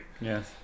Yes